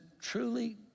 truly